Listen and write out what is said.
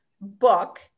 book